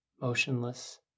motionless